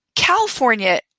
California